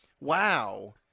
Wow